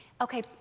Okay